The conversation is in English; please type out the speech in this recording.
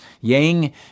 Yang